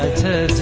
ah tell